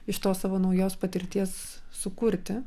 iš tos savo naujos patirties sukurti